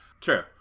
True